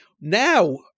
Now